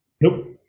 Nope